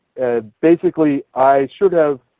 basically, i should have